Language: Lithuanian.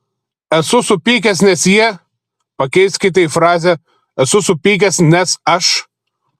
esu supykęs nes jie pakeiskite į frazę esu supykęs nes aš